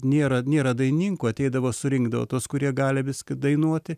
nėra nėra dainininkų ateidavo surinkdavo tuos kurie gali viską dainuoti